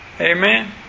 Amen